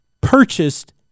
purchased